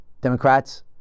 Democrats